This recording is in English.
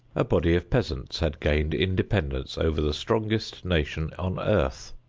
a body of peasants had gained independence over the strongest nation on earth.